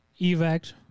evac